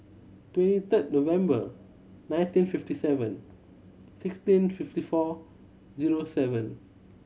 twenty third November nineteen fifty seven sixteen fifty four zero seven